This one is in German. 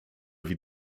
wie